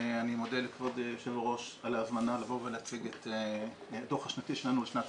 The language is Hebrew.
אני מודה לכבוד יושב הראש על ההזמנה להציג את הדוח השנתי שלנו לשנת